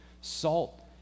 salt